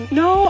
no